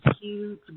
huge